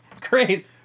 Great